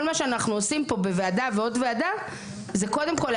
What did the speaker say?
כל מה שאנחנו עושים פה בוועדה ועוד וועדה זה קודם כל,